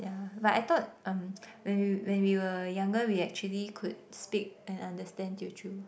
ya but I thought um when we when we were younger we actually could speak and understand Teochew